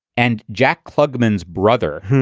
and jack klugman's brother,